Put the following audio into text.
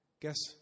guess